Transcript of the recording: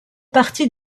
parti